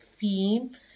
theme